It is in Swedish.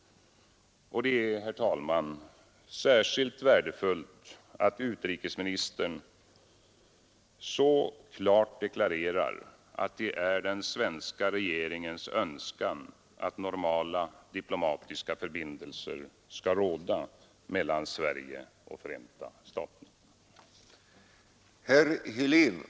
Det är, herr talman, särskilt värdefullt att utrikesministern så klart deklarerar, att det är den svenska regeringens önskan att normala diplomatiska förbindelser skall råda mellan Sverige och Förenta staterna.